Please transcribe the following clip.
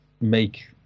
make